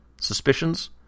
suspicions